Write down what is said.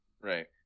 right